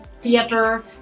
theater